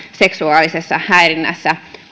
seksuaalisessa häirinnässä